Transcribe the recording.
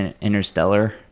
Interstellar